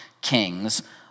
kings